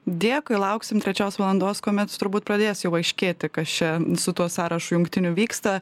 dėkui lauksim trečios valandos kuomet turbūt pradės jau aiškėti kas čia su tuo sąrašu jungtiniu vyksta